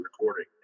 recording